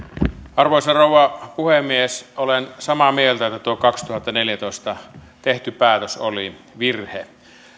arvoisa rouva puhemies olen samaa mieltä että tuo kaksituhattaneljätoista tehty päätös oli virhe